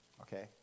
okay